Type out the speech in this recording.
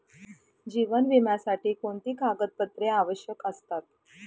जीवन विम्यासाठी कोणती कागदपत्रे आवश्यक असतात?